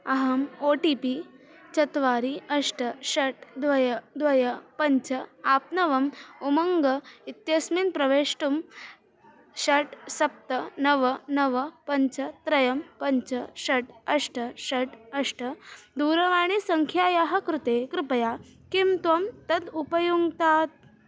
अहम् O T P चत्वारि अष्ट षट् द्वे द्वे पञ्च आप्नवम् उमङ्ग इत्यस्मिन् प्रवेष्टुं षट् सप्त नव नव पञ्च त्रयं पञ्च षट् अष्ट षट् अष्ट दूरवाणीसङ्ख्यायाः कृते कृपया किं त्वं तद् उपयुङ्क्तात्